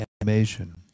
animation